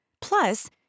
plus